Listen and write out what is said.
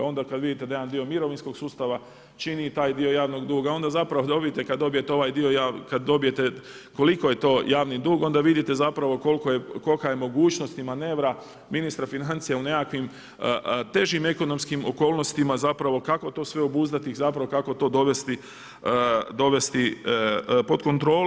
Onda kad vidite da jedan dio mirovinskog sustava čini i taj dio javnog duga, onda zapravo dobijete, kad dobijete ovaj dio, kad dobijete koliko je to javni dug, onda vidite zapravo kolika je mogućnost manevra ministra financija u nekakvim težim ekonomskim okolnostima, zapravo kako to sve obuzdati, zapravo kako to dovesti pod kontrolu.